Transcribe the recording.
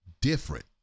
different